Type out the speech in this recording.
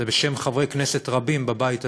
זה בשם חברי כנסת רבים בבית הזה: